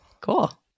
Cool